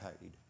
paid